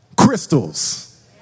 Crystals